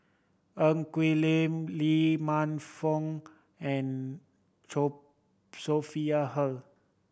Ng Quee Lam Lee Man Fong and Sophia Hull